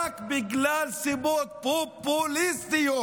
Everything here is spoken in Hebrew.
רק בגלל סיבות פופוליסטיות,